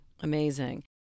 Amazing